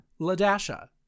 Ladasha